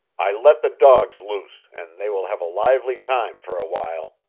i let the dogs loose, and they will have a lively time for a while.